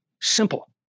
simple